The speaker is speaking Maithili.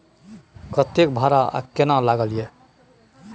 कतेक भाड़ा आ केना लागय ये?